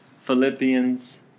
Philippians